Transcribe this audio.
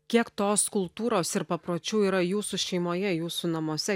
kiek tos kultūros ir papročių yra jūsų šeimoje jūsų namuose